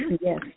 Yes